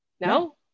No